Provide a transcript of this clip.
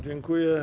Dziękuję.